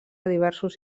diversos